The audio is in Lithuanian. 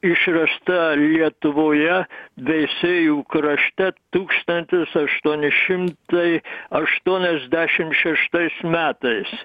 išrasta lietuvoje veisiejų krašte tūkstantis aštuoni šimtai aštuoniasdešimt šeštais metais